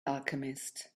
alchemist